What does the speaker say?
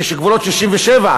כשגבולות 67',